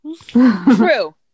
true